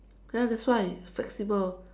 ya that's why it's flexible